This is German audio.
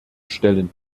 stellen